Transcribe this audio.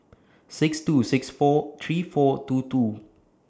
six two six four three four two two